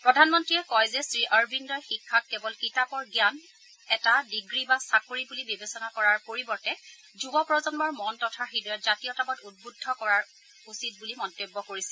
প্ৰধানমন্ত্ৰীয়ে কয় যে শ্ৰীঅৰবিন্দই শিক্ষাক কেৱল কিতাপৰ জ্ঞান এটা ডিগ্ৰী বা এটা চাকৰি বুলি বিবেচনা কৰাৰ পৰিৱৰ্তে যুৱ প্ৰজন্মৰ মন তথা হৃদয়ত জাতীয়তাবাদ উদ্বুদ্ধ কৰা উচিত বুলি মন্তব্য কৰিছিল